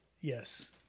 Yes